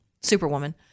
Superwoman